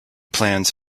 plans